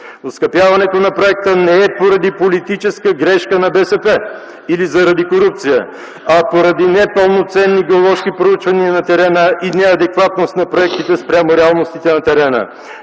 оскъпяването на проекта не е поради политическа грешка на БСП или заради корупция, а поради непълноценни геоложки проучвания на терена и неадекватност на проектите спрямо реалностите на терена.